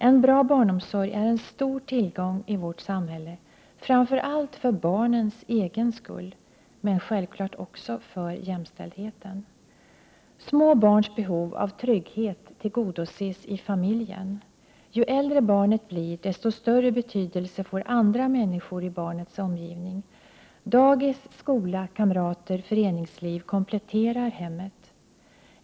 En bra barnomsorg är en stor tillgång i vårt samhälle framför allt för barnens egen skull, men självfallet också för jämställdheten. Små barns behov av trygghet tillgodoses i familjen. Ju äldre barnet blir desto större betydelse får andra människor i barnets omgivning. Dagis, skola, kamrater och föreningsliv kompletterar hemmet.